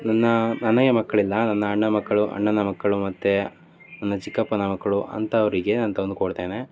ನನ್ನ ನನಗೆ ಮಕ್ಕಳಿಲ್ಲ ನನ್ನ ಅಣ್ಣನ ಮಕ್ಕಳು ಅಣ್ಣನ ಮಕ್ಕಳು ಮತ್ತು ನನ್ನ ಚಿಕ್ಕಪ್ಪನ ಮಕ್ಕಳು ಅಂಥವರಿಗೆ ನಾನು ತಂದು ಕೊಡ್ತೇನೆ